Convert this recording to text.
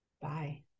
Bye